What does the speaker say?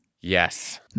Yes